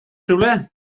rhywle